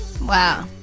Wow